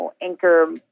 anchor